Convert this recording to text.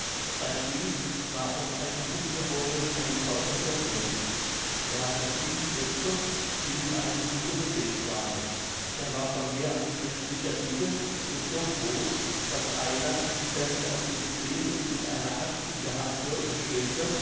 sein bild war aus einem ungeheuren eichbaume verfertigt er hatte sieben köpfe die mit einem hute bedeckt waren er war von mehr als menschlicher dicke und so groß daß einer der sich auf den zehen und mit einer axt in der hand vor ihn stellte